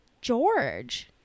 George